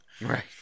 Right